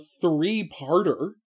three-parter